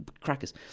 crackers